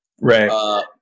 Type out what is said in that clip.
Right